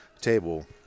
table